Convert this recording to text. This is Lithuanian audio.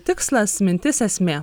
tikslas mintis esmė